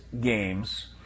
games